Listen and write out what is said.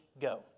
go